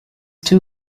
too